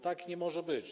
Tak nie może być.